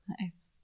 Nice